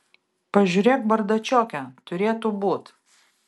pažiūrėk bardačioke turėtų būt